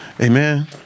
Amen